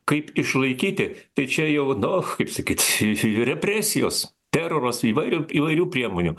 kaip išlaikyti tai čia jau nu kaip sakyt represijos teroras įvairių įvairių priemonių